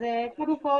אז קודם כל